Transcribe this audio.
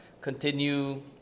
continue